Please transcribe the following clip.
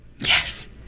Yes